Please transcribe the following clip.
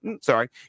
sorry